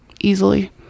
Easily